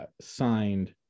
signed